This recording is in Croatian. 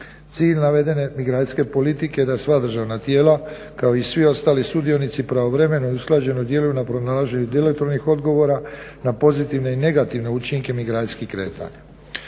Cilj navedene migracijske politike je da sva državna tijela kao i svi ostali sudionici pravovremeno i usklađeno djeluju na pronalaženju …/Govornik se ne razumije./… odgovora na pozitivne i negativne učinke migracijskih kretanja.